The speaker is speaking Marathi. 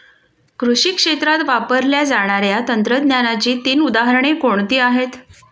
कृषी क्षेत्रात वापरल्या जाणाऱ्या तंत्रज्ञानाची तीन उदाहरणे कोणती आहेत?